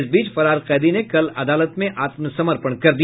इस बीच फरार कैदी ने कल अदालत में आत्मसमर्पण कर दिया